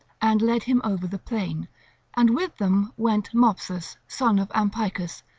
and led him over the plain and with them went mopsus, son of ampycus,